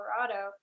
Colorado